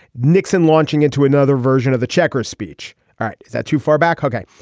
nixon launching into another version of the checkers speech. all right. is that too far back. okay.